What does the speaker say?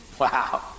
Wow